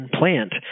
plant